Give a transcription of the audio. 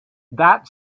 that